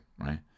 Right